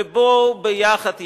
ובואו ביחד,